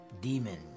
Demon